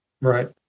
Right